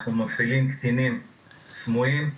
אנחנו מפעילים קטינים סמויים.